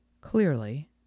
clearly